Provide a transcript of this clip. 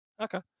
Okay